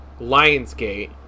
Lionsgate